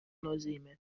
nozīmē